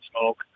Smoke